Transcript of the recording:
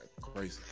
crazy